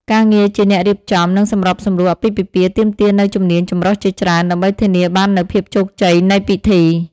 ការងារជាអ្នករៀបចំ និងសម្របសម្រួលអាពាហ៍ពិពាហ៍ទាមទារនូវជំនាញចម្រុះជាច្រើន ដើម្បីធានាបាននូវភាពជោគជ័យនៃពិធី។